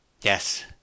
Yes